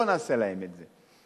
בואו ונעשה להם את זה.